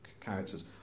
characters